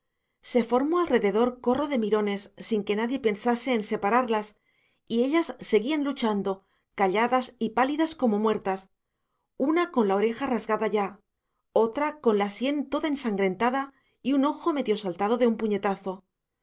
se formó alrededor corro de mirones sin que nadie pensase en separarlas y ellas seguían luchando calladas y pálidas como muertas una con la oreja rasgada ya otra con la sien toda ensangrentada y un ojo medio saltado de un puñetazo